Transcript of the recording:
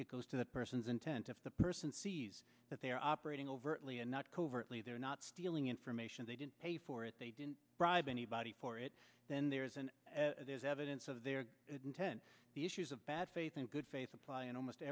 it goes to the person's intent if the person sees that they are operating overtly and not covertly they're not stealing information they didn't pay for it they didn't bribe anybody for it then there is an evidence of their intent the issues of bad faith and good faith apply in almost